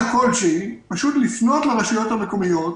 כלשהי פשוט לפנות לרשויות המקומיות,